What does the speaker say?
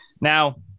Now